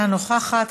אינה נוכחת,